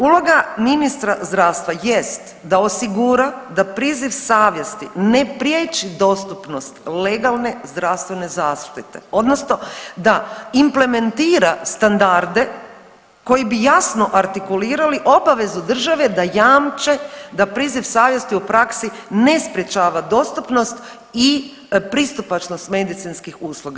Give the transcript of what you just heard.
Uloga ministra zdravstva jest da osigura da priziv savjesti ne priječi dostupnost legalne zdravstvene zaštite odnosno da implementira standarde koji bi jasno artikulirali obavezu države da jamče da priziv savjesti u praksi ne sprječava dostupnost i pristupačnost medicinskih usluga.